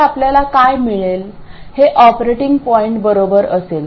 तर आपल्याला काय मिळेल हे ऑपरेटिंग पॉईंट बरोबर असेल